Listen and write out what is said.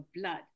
blood